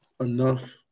enough